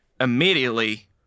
immediately